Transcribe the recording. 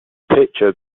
pitcher